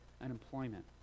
unemployment